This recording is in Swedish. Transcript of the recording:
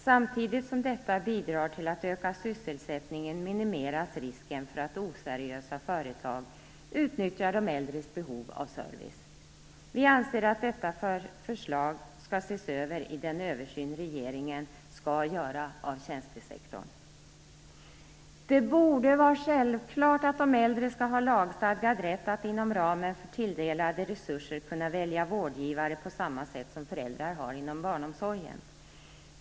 Samtidigt som detta bidrar till att öka sysselsättningen minimeras risken för att oseriösa företag utnyttjar de äldres behov av service. Vi anser att detta förslag skall ses över i den översyn regeringen skall göra av tjänstesektorn. Det borde vara självklart att de äldre skall ha lagstadgad rätt att inom ramen för tilldelade resurser kunna välja vårdgivare på samma sätt som föräldrar har inom barnomsorgen.